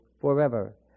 forever